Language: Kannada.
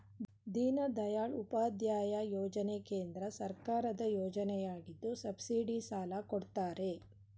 ದೀನದಯಾಳ್ ಉಪಾಧ್ಯಾಯ ಯೋಜನೆ ಕೇಂದ್ರ ಸರ್ಕಾರದ ಯೋಜನೆಯಗಿದ್ದು ಸಬ್ಸಿಡಿ ಸಾಲ ಕೊಡ್ತಾರೆ